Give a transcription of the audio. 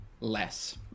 Less